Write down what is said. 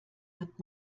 wird